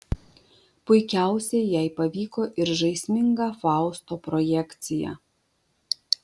puikiausiai jai pavyko ir žaisminga fausto projekcija